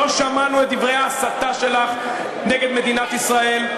לא שמענו את דברי ההסתה שלך נגד מדינת ישראל.